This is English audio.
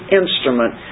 instrument